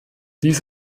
dies